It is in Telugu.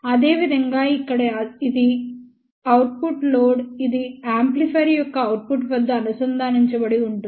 అదేవిధంగా ఇక్కడ ఇది అవుట్పుట్ లోడ్ ఇది యాంప్లిఫైయర్ యొక్క అవుట్పుట్ వద్ద అనుసంధానించబడి ఉంటుంది